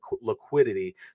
liquidity